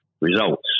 results